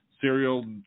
serial